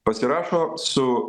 pasirašo su